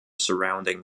surrounding